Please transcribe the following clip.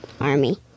army